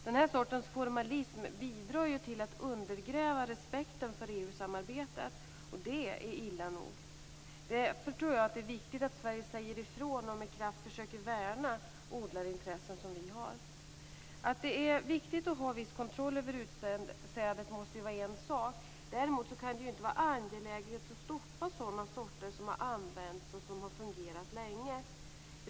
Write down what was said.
Den här sortens formalism bidrar till att undergräva respekten för EU-samarbetet, och det är illa nog. Därför tror jag att det är viktigt att Sverige säger ifrån och med kraft försöker värna de egna odlarintressena. Att det är viktigt att ha viss konroll över utsädet må vara en sak. Däremot kan det inte vara angeläget att stoppa sådana sorter som har använts och som har fungerat länge.